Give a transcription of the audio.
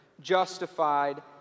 justified